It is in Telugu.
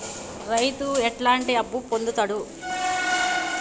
రైతు ఎట్లాంటి అప్పు పొందుతడు?